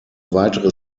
weitere